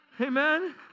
Amen